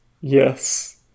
Yes